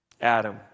Adam